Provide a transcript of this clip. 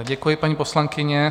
Děkuji, paní poslankyně.